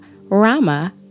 Rama